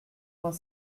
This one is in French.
vingt